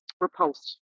repulsed